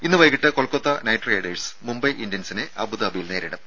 ഇന്ന് വൈകീട്ട് കൊൽക്കത്ത നൈറ്റ്റൈഡേഴ്സ് മുംബൈ ഇന്ത്യൻസിനെ അബുദാബിയിൽ നേരിടും